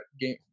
game